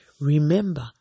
Remember